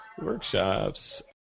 Workshops